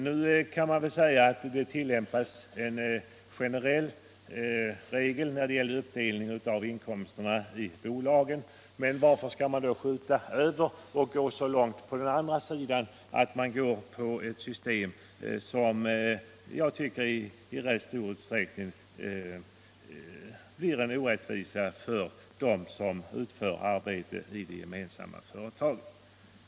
Nu kan man väl säga att det har tillämpats en generös regel vid uppdelning av inkomsterna i bolagen. Men varför skall man då nu gå så långt på motsatt håll att man får ett system som jag anser i rätt stor utsträckning blir en orättvisa för dem som utför arbetet i det gemensamma företaget?